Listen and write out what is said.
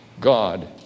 God